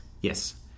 Yes